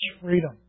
freedom